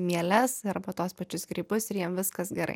mieles arba tuos pačius grybus ir jiems viskas gerai